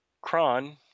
Kron